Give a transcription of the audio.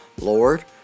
Lord